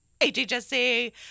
HHSC